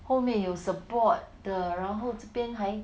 后面有 support 的然后这边还